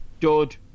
dud